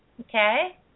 Okay